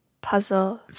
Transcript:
puzzle